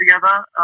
together